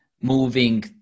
moving